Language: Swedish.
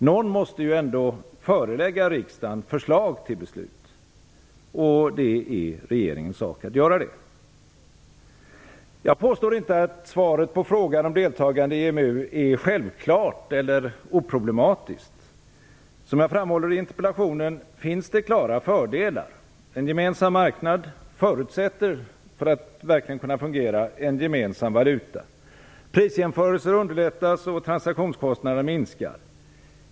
Någon måste ändå förelägga riksdagen förslag till beslut. Det är regeringens sak att göra det. Jag påstår inte att svaret på frågan om deltagande i EMU är självklart eller oproblematiskt. Som jag framhåller i interpellationen finns det klara fördelar. En gemensam marknad förutsätter, för att verkligen kunna fungera, en gemensam valuta. Prisjämförelser underlättas, och transaktionskostnaderna minskar.